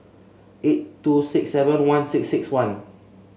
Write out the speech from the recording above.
eight two six seven one six six one